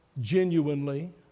genuinely